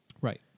right